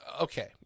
Okay